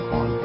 on